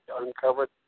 uncovered